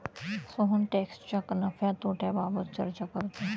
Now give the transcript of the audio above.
सोहन टॅक्सच्या नफ्या तोट्याबाबत चर्चा करतो